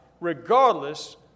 regardless